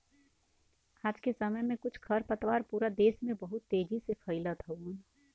आज के समय में कुछ खरपतवार पूरा देस में बहुत तेजी से फइलत हउवन